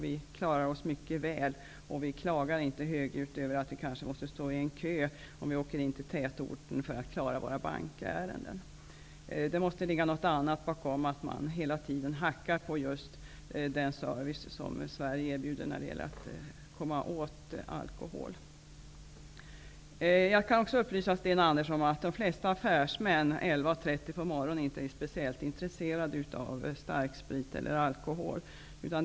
Vi klarar oss mycket väl, och vi klagar inte högljutt om vi måste stå i kö när vi åker in till tätorten för att klara av våra bankärenden. Det måste finnas någon annan anledning till att man hela tiden hackar just på den service som erbjuds i Sverige när det gäller att få tillgång till alkohol. Jag kan också upplysa Sten Andersson om att de flesta affärsmän inte är speciellt intresserade av starksprit eller alkohol kl.